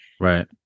right